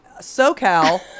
SoCal